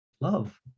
love